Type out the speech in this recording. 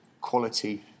quality